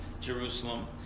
Jerusalem